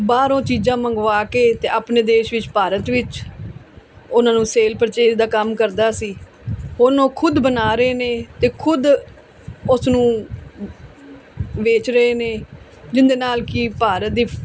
ਬਾਹਰੋਂ ਚੀਜ਼ਾਂ ਮੰਗਵਾ ਕੇ ਅਤੇ ਆਪਣੇ ਦੇਸ਼ ਵਿੱਚ ਭਾਰਤ ਵਿੱਚ ਉਹਨਾਂ ਨੂੰ ਸੇਲ ਪਰਚੇਜ਼ ਦਾ ਕੰਮ ਕਰਦਾ ਸੀ ਹੁਣ ਉਹ ਖੁਦ ਬਣਾ ਰਹੇ ਨੇ ਅਤੇ ਖੁਦ ਉਸ ਨੂੰ ਵੇਚ ਰਹੇ ਨੇ ਜਿਹਦੇ ਨਾਲ ਕਿ ਭਾਰਤ ਦੀ